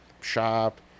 shop